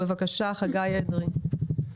חגי אדרי , בבקשה.